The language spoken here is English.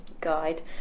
guide